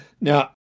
now